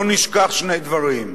לא נשכח שני דברים.